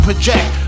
Project